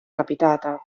capitata